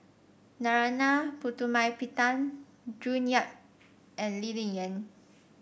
Narana Putumaippittan June Yap and Lee Ling Yen